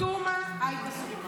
עאידה תומא סלימאן.